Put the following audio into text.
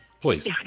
Please